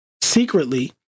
Secretly